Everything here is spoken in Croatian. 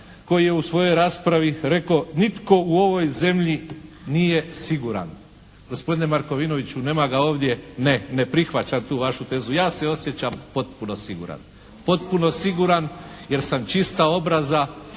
koji je u svojoj raspravi rekao: "Nitko u ovoj zemlji nije siguran". Gospodine Markovinoviću, nema ga ovdje, ne, ne prihvaćam tu vašu tezu. Ja se osjećam potpuno siguran. Potpuno siguran jer sam čista obraza